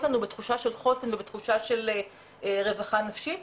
לנו בתחושה של חוסן ותחושה של רווחה נפשית,